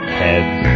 heads